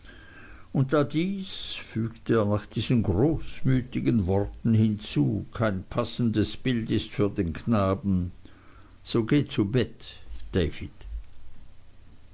und da dies fügte er nach diesen großmütigen worten hinzu kein passendes bild ist für den knaben so geh zu bett david